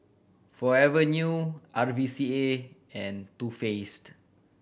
Forever New R V C A and Too Faced